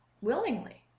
willingly